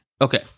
Okay